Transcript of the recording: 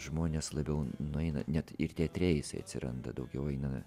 žmonės labiau nueina net ir teatre jisai atsiranda daugiau eina